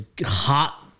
hot